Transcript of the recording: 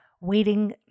waiting